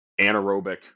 anaerobic